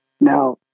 Now